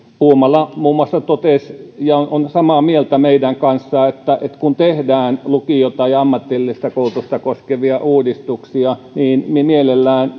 puumala muun muassa totesi ja on samaa mieltä meidän kanssamme että kun tehdään lukio tai ammatillista koulutusta koskevia uudistuksia niin mielellään